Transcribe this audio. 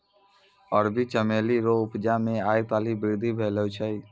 अरबी चमेली रो उपजा मे आय काल्हि वृद्धि भेलो छै